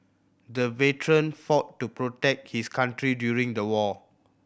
the veteran fought to protect his country during the war